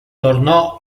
tornò